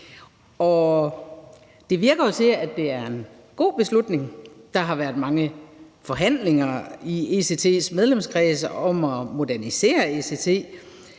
Det lader jo til, at det er en god beslutning. Der har været mange forhandlinger i ECT's medlemskreds om at modernisere ECT,